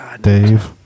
Dave